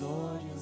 Lord